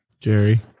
Jerry